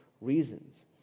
reasons